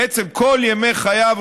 בעצם כל ימי חייו,